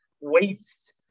weights